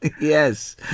Yes